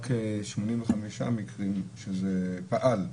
רק ב-85 מקרים הסנקציות פעלו,